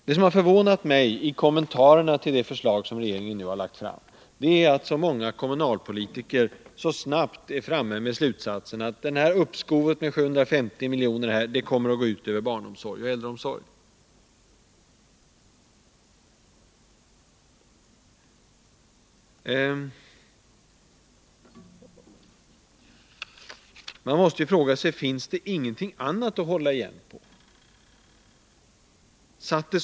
Det som har förvånat mig i kommentarerna till det förslag som regeringen nu lagt fram är att så många kommunalpolitiker så snabbt är framme med slutsatsen att uppskovet med 750 miljoner kommer att gå ut över barnomsorg och äldreomsorg. Jag måste fråga: Finns det ingenting annat att hålla igen på?